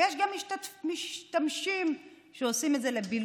ויש גם משתמשים שעושים את זה לבילוי,